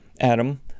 Adam